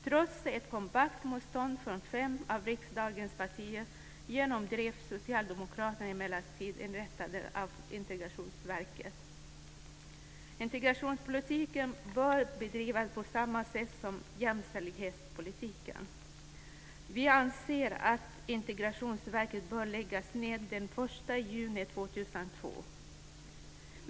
Trots ett kompakt motstånd från fem av riksdagens partier genomdrev socialdemokraterna emellertid inrättandet av Integrationsverket. Integrationspolitiken bör bedrivas på samma sätt som jämställdhetspolitiken. Vi anser att Integrationsverket bör läggas ned den 1 juni 2002.